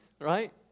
right